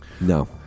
no